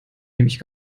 nämlich